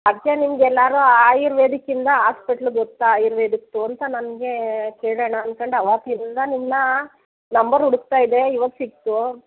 ಅದಕ್ಕೆ ನಿಮಗೆಲ್ಲಾರು ಆಯುರ್ವೇದಿಕ್ಕಿಂದ ಆಸ್ಪೆಟ್ಲು ಗೊತ್ತಾ ಆಯುರ್ವೇದಿಕ್ದು ಅಂತ ನನಗೆ ಕೇಳೋಣ ಅನ್ಕಂಡು ಅವಾಗ್ಲಿಂದ ನಿಮನ್ನ ನಂಬರ್ ಹುಡುಕ್ತಾ ಇದ್ದೆ ಇವಾಗ ಸಿಕ್ಕಿತು